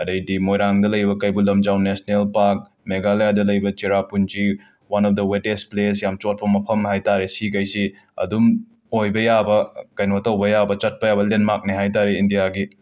ꯑꯗꯩꯗꯤ ꯃꯣꯏꯔꯥꯡꯗ ꯂꯩꯕ ꯀꯩꯕꯨꯜ ꯂꯝꯖꯥꯎ ꯅꯦꯁꯅꯦꯜ ꯄꯥꯛ ꯃꯦꯒꯥꯂꯌꯥꯗ ꯂꯩꯕ Cherrapunji one of the wettest place ꯌꯥꯝ ꯆꯣꯠꯄ ꯃꯐꯝ ꯍꯥꯏ ꯇꯥꯔꯦ ꯁꯤꯒꯩꯁꯤ ꯑꯗꯨꯝ ꯑꯣꯏꯕ ꯌꯥꯕ ꯀꯩꯅꯣ ꯇꯧꯕ ꯌꯥꯕ ꯆꯠꯄ ꯌꯥꯕ ꯂꯦꯟꯃꯥꯛꯅꯦ ꯍꯥꯏ ꯇꯥꯔꯦ ꯏꯟꯗ꯭ꯌꯥꯒꯤ